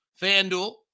FanDuel